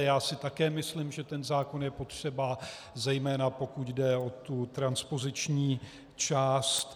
Já si také myslím, že ten zákon je potřeba, zejména pokud jde o tu transpoziční část.